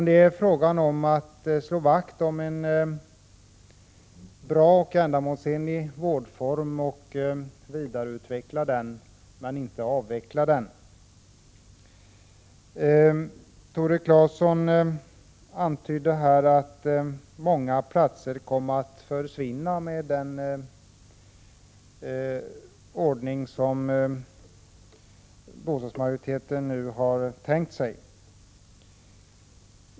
Det gäller att slå vakt om en bra och ändamålsenlig vårdform och att vidareutveckla men inte avveckla den. Tore Claeson antyder att många platser kommer att försvinna med den ordning som majoriteten i bostadsutskottet har tänkt sig.